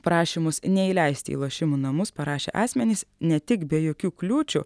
prašymus neįleisti į lošimo namus parašę asmenys ne tik be jokių kliūčių